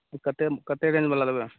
कतेक कतेक रेंजवला लेबै